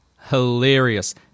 hilarious